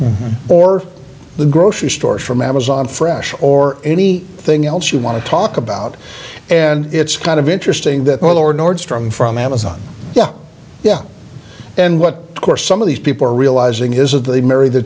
or the grocery stores from amazon fresh or any thing else you want to talk about and it's kind of interesting that all our nordstrom from amazon yeah yeah and what course some of these people are realizing is of the marry the